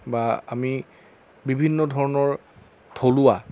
বা আমি বিভিন্ন ধৰণৰ থলুৱা